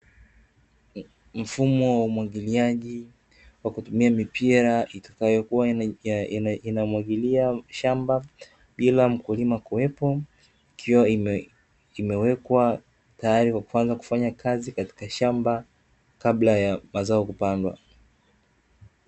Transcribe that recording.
Mfumo wa umwagiliaji kwa kutumia mipira itakayo kuwa inamwagilia shamba, bila mkulima kuwepo ikiwa imewekwa tayari kwa kuanza kufanya kazi katika shamba, kabla ya mazao kupandwa.